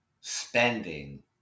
spending